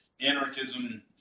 anarchism